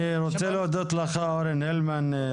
אני רוצה להודות לך אורן הלמן,